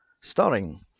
Starring